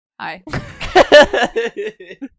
Hi